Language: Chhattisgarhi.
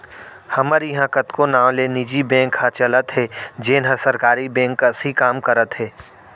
हमर इहॉं कतको नांव ले निजी बेंक ह चलत हे जेन हर सरकारी बेंक कस ही काम करत हे